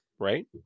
Right